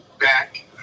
back